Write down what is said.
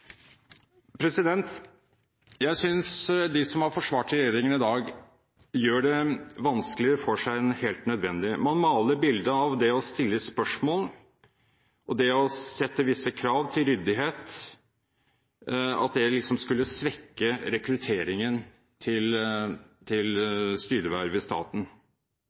Jeg synes de som har forsvart regjeringen i dag, gjør det vanskeligere for seg enn helt nødvendig. Man maler et bilde av at det å stille spørsmål og det å sette visse krav til ryddighet liksom skulle svekke rekrutteringen til styreverv i staten.